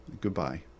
Goodbye